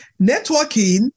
networking